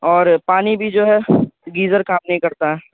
اور پانی بھی جو ہے گیزر کام نہیں کرتا ہے